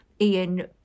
Ian